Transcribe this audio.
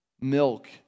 milk